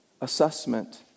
assessment